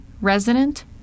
resident